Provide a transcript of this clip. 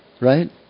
right